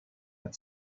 had